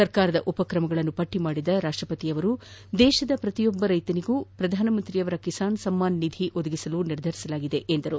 ಸರ್ಕಾರದ ಉಪಕ್ರಮಗಳನ್ನು ಪಟ್ಟಿ ಮಾಡಿದ ರಾಷ್ಟ ಪತಿಯವರು ದೇಶದ ಪ್ರತಿಯೊಬ್ಬ ರೈತರಿಗೂ ಪ್ರಧಾನಮಂತ್ರಿಯವರ ಕಿಸಾನ್ ಸಮ್ಮಾನ್ ನಿಧಿ ಒದಗಿಸಲು ನಿರ್ಧರಿಸಲಾಗಿದೆ ಎಂದರು